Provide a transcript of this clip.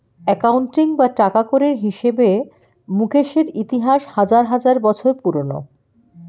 accounting বা টাকাকড়ির হিসেবে মুকেশের ইতিহাস হাজার হাজার বছর পুরোনো